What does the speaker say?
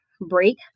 break